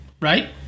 Right